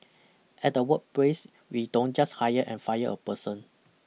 at the workplace we don't just hire and fire a person